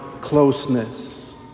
closeness